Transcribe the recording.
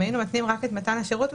אם היינו מציעים רק את מתן השירות,